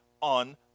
on